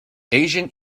asian